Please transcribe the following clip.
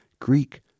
Greek